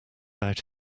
out